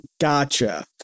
Gotcha